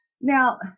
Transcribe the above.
now